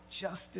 Justice